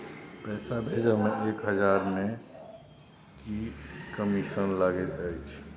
पैसा भैजे मे एक हजार मे की कमिसन लगे अएछ?